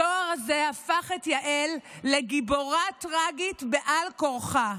התואר הזה הפך את יעל לגיבורה טרגית על כורחה.